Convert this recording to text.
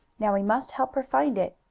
now we must help her find it.